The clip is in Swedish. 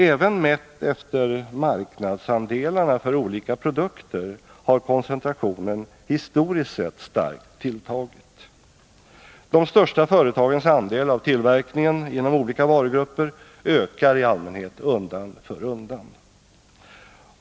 Även mätt efter marknadsandelarna för olika produkter har koncentrationen historiskt sett starkt tilltagit. De största företagens andel av tillverkningen inom olika varugrupper ökar i allmänhet undan för undan.